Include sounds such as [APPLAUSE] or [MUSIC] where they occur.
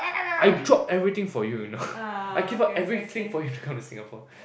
I drop everything for you you know [LAUGHS] I give up everything for you to come to Singapore